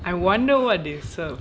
I wonder what they serve